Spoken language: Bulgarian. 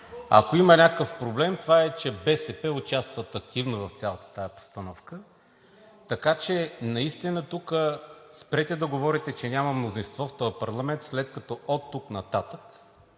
Ако има някакъв проблем, това е, че БСП участват активно в цялата тази постановка. Така че наистина тук спрете да говорите, че няма мнозинство в този парламент, след като оттук нататък